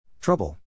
Trouble